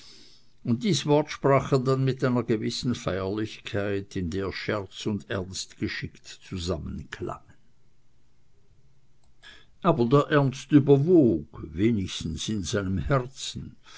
und dies wort sprach er dann mit einer gewissen feierlichkeit in der scherz und ernst geschickt zusammenklangen aber der ernst überwog wenigstens in seinem herzen